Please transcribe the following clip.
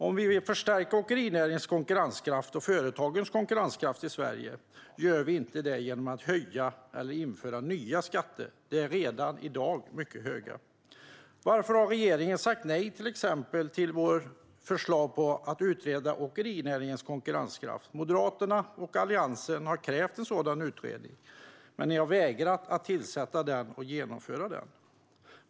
Om vi vill förstärka åkerinäringens och företagens konkurrenskraft i Sverige gör vi inte det genom att höja eller införa nya skatter. De är redan i dag mycket höga. Varför har regeringen sagt nej till exempelvis vårt förslag om att utreda åkerinäringens konkurrenskraft? Moderaterna och Alliansen har krävt en sådan utredning, men ni har vägrat att tillsätta och genomföra den.